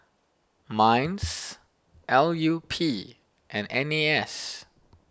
Minds L U P and N A S